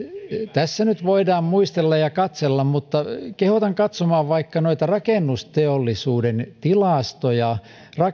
tässä nyt voidaan muistella ja katsella mutta kehotan katsomaan vaikka noita rakennusteollisuuden tilastoja